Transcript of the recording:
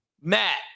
Matt